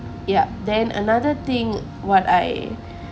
yup then another thing what I